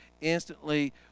instantly